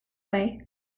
way